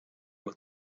with